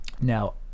now